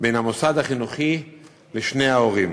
בין המוסד החינוכי לשני ההורים,